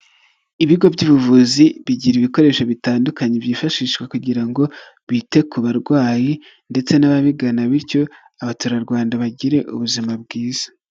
Ibigo by'ubuvuzi, bigira ibikoresho bitandukanye byifashishwa kugira ngo bite ku barwayi ndetse n'ababigana bityo abaturarwanda bagire ubuzima bwiza.